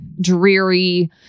dreary